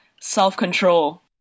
self-control